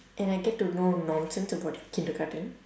and I get to know nonsense about your kindergarten